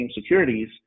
securities